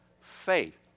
faith